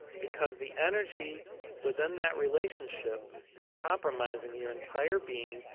because the energy within that relationship is compromising your entire being,